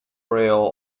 rail